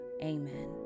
amen